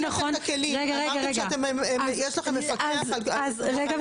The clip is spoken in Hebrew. אמרתם שיש לכם מפקח --- רגע.